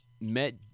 met